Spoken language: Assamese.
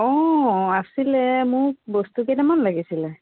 অঁ আছিলে মোক বস্তু কেইটামান লাগিছিলে